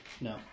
No